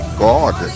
god